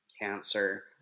cancer